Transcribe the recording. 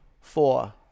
four